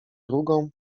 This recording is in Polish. drugą